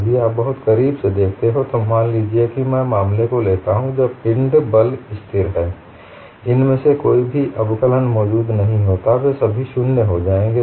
यदि आप बहुत करीब से देखते हैं तो मान लीजिए कि मैं मामले को लेता हूं जब पिंड बल स्थिर है इनमें से कोई भी अवकलन मौजूद नहीं होता वे सभी शून्य हो जाएंगे